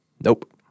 Nope